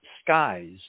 skies